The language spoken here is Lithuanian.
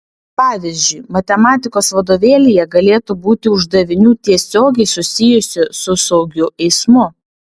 pavyzdžiui matematikos vadovėlyje galėtų būti uždavinių tiesiogiai susijusių su saugiu eismu